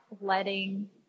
letting